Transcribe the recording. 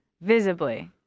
Visibly